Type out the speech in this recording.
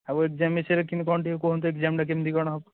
ଆଉ ଏକ୍ସାମ୍ ବିଷୟରେ କେମିତି କ'ଣ ଟିକିଏ କୁହନ୍ତୁ ଏକ୍ସାମ୍ଟା କେମିତି କ'ଣ ହେବ